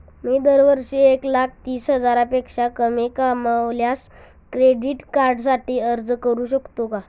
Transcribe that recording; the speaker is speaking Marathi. मी दरवर्षी एक लाख तीस हजारापेक्षा कमी कमावल्यास क्रेडिट कार्डसाठी अर्ज करू शकतो का?